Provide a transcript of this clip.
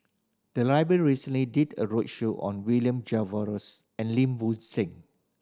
the library recently did a roadshow on William Jervois and Lim Bo Seng